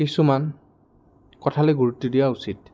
কিছুমান কথালৈ গুৰুত্ব দিয়া উচিত